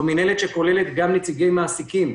מינהלת שכוללת גם נציגי מעסיקים.